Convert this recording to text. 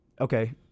Okay